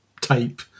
type